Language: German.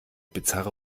bizarre